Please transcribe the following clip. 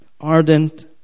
ardent